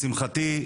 לשמחתי,